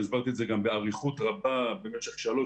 אני גם הסברתי את זה באריכות רבה במשך שלוש